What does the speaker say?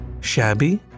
shabby